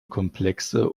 komplexe